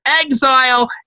exile